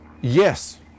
yes